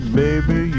baby